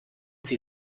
sie